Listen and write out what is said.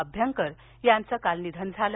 अभ्यंकर यांचं काल निधन झालं